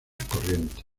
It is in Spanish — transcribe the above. corriente